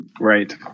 Right